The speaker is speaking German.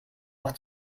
auch